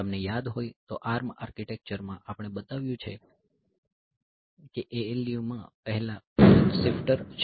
તમને યાદ હોય તો ARM આર્કિટેક્ચર માં આપણે બતાવ્યું છે કે ALU પહેલાં બેરલ શિફ્ટર છે